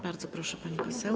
Bardzo proszę, pani poseł.